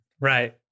Right